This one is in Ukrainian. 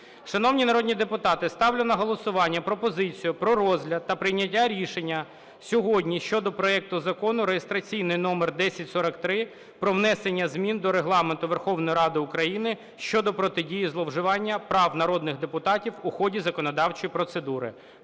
Шановні народні депутати, ставлю на голосування пропозицію про розгляд та прийняття рішення сьогодні щодо проекту Закону (реєстраційний номер 1043), про внесення змін до Регламенту Верховної Ради України щодо протидії зловживанням прав народних депутатів у ході законодавчої процедури.